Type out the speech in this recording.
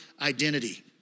identity